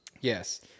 Yes